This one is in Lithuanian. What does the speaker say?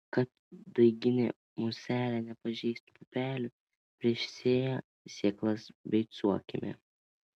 kad daiginė muselė nepažeistų pupelių prieš sėją sėklas beicuokime